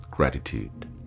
gratitude